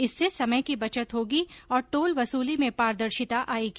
इससे समय की बचत होगी और टोल वसूली में पारदर्शिता आयेगी